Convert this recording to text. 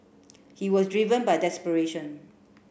he was driven by desperation